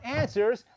answers